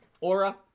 Aura